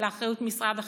לאחריות משרד החינוך,